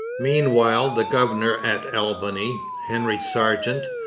meanwhile the governor at albany, henry sargeant,